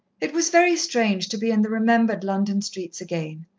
it was very strange to be in the remembered london streets again,